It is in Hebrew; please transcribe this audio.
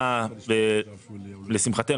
לשמחתנו,